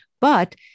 But-